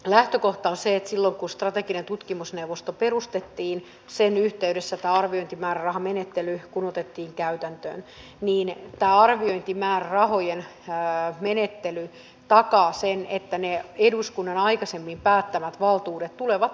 lähtökohta on se silloin kun strateginen tutkimusneuvosto perustettiin ja kun sen yhteydessä tämä arviointimäärärahamenettely otettiin käytäntöön että tämä arviointimäärärahojen menettely takaa sen että ne eduskunnan aikaisemmin päättämät valtuudet tulevat aidosti käyttöön